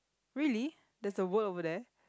really there's a word over there